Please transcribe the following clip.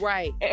Right